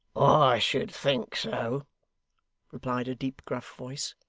i should think so replied a deep, gruff voice.